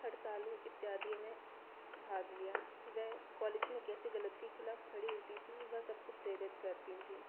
हड़तालों इत्यादि में भाग लिया वह कॉलेज में कैसे गलत के खिलाफ खड़ी होती थी वह सबको प्रेरित करती थीं